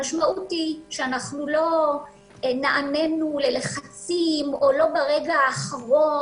המשמעות היא שאנחנו לא נענינו ללחצים או לא ברגע האחרון,